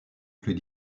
plus